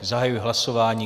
Zahajuji hlasování.